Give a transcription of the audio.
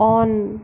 on